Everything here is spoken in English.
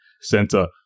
center